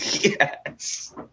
Yes